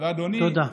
תודה.